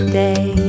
day